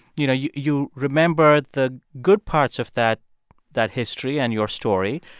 you know, you you remember the good parts of that that history and your story.